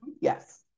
Yes